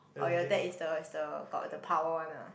oh ya that is the is the got the power one ah